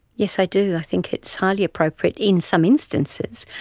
yes, i do, i think it's highly appropriate in some instances,